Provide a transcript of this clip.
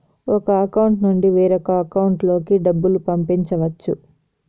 ఒక అకౌంట్ నుండి వేరొక అకౌంట్ లోకి డబ్బులు పంపించవచ్చు